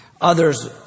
Others